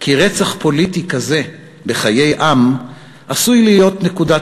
כי רצח פוליטי כזה בחיי עם עשוי להיות נקודת